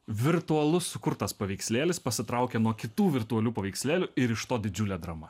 virtualus sukurtas paveikslėlis pasitraukia nuo kitų virtualių paveikslėlių ir iš to didžiulė drama